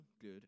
good